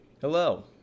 Hello